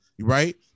right